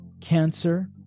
cancer